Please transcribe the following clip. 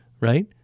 right